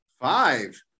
Five